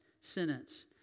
sentence